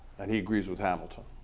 and he agrees with hamilton.